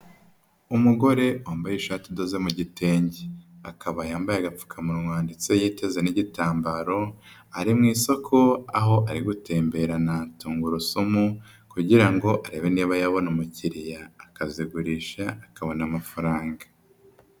Umugore wambaye ishati idoze mu gitenge. Akaba yambaye agapfukamunwa ndetse yiteze n'igitambaro, ari mu isoko aho ari gutembena tungurusumu kugira ngo arebe niba yabona umukiriya akazigurisha, akabona amafaranga.